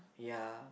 ya